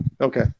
Okay